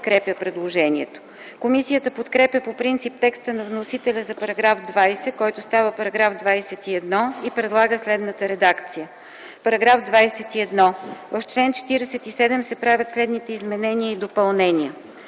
Комисията подкрепя по принцип текста на вносителя за § 20, който става § 21, и предлага следната редакция: „§ 21. В чл. 47 се правят следните изменения и допълнения: